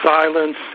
silence